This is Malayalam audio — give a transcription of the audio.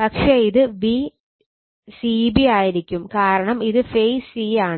പക്ഷെ ഇത് Vcb ആയിരിക്കും കാരണം ഇത് ഫേസ് c ആണ്